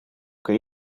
que